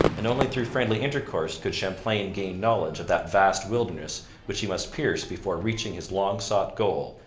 and only through friendly intercourse could champlain gain knowledge of that vast wilderness which he must pierce before reaching his long-sought goal,